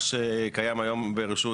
אם יגידו בארבע עיניים